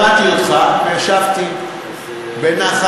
שמעתי אותך, והשבתי בנחת.